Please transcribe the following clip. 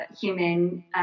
human